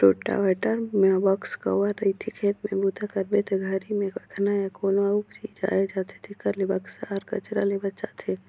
rotavator म box cover रहिथे, खेत में बूता करबे ते घरी में पखना या कोनो अउ चीज आये जाथे तेखर ले बक्सा हर कचरा ले बचाथे